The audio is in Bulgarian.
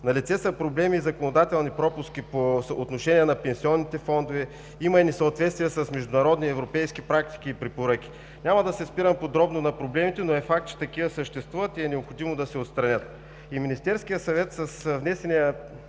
Налице са проблеми и законодателни пропуски по отношение на пенсионните фондове, има и несъответствия с международни европейски практики и препоръки. Няма да се спирам подробно на проблемите, но е факт, че такива съществуват и е необходимо да се отстранят.